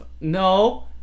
no